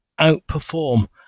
outperform